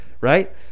right